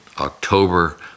October